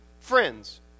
friends